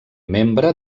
membre